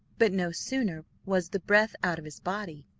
but no sooner was the breath out of his body,